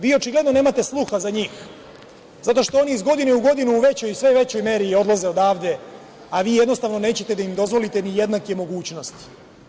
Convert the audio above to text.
Vi očigledno nemate sluha za njih, zato što oni iz godine u godinu u sve većoj meri odlaze odavde, a vi jednostavno nećete da im dozvolite ni jednake mogućnosti.